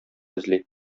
эзли